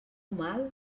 mal